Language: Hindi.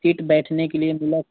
सीट बैठने के लिए मिला